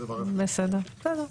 אוקיי, בסדר גמור.